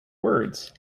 words